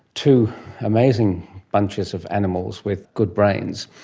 two amazing bunches of animals with good brains,